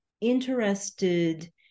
interested